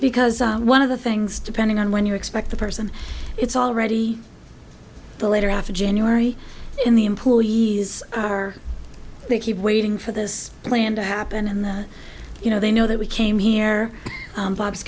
because one of the things depending on when you expect the person it's already the later after january in the employees are they keep waiting for this plan to happen and that you know they know that we came here